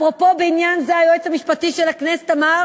אפרופו, בעניין זה היועץ המשפטי של הכנסת אמר